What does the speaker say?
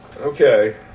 Okay